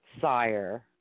sire